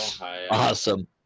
Awesome